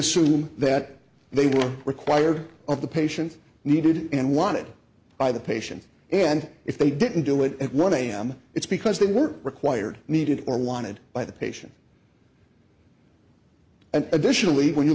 assume that they were required of the patient needed and wanted by the patient and if they didn't do it at one am it's because they were required needed or wanted by the patient and additionally when you